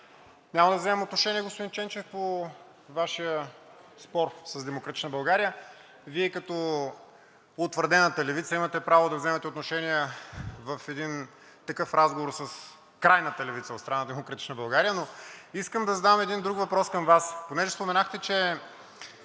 Няма да вземам отношение, господин Ченчев, по Вашия спор с „Демократична България“. Вие, като утвърдената Левица, имате право да вземете отношения в един такъв разговор с крайната левица от страна на „Демократична България“. Искам да задам един друг въпрос към Вас. Понеже споменахте, че